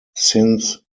since